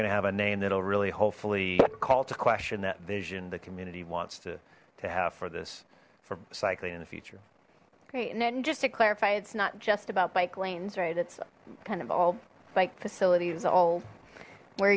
gonna have a name that'll really hopefully call to question that vision the community wants to to have for this for cycling in the future okay just to clarify it's not just about bike lanes right it's kind of all bike facilities old where